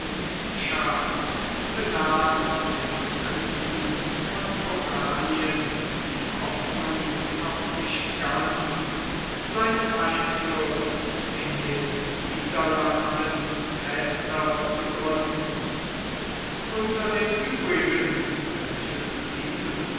benahm dem prinzen von oranien die hoffnung noch nicht ganz seinen einfluß in den niederlanden fester zu gründen unter den uebrigen welche zu diesem